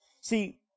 See